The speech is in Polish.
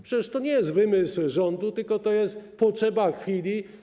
Przecież to nie jest wymysł rządu, tylko to jest potrzeba chwili.